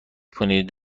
کنید